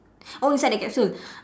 oh inside the capsule